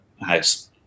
house